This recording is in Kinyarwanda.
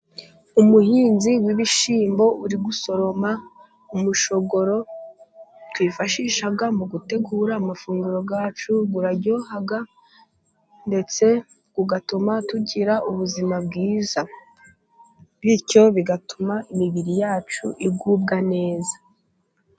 Umuhinzi w'ibishyimbo uri gusoroma umushogoro twifashisha mu gutegura amafunguro yacu. Uraryoha, ndetse utuma tugira ubuzima bwiza, bityo bigatuma imibiri yacu igubwa neza.